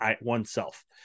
oneself